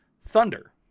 Thunder